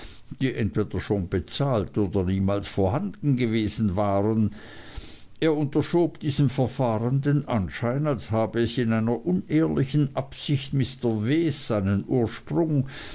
die entweder schon bezahlt oder niemals vorhanden gewesen waren er unterschob diesem verfahren den anschein als habe es in einer unehrlichen absicht mr ws seinen ursprung